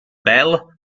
bell